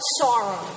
sorrow